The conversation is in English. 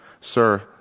Sir